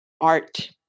art